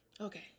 Okay